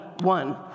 one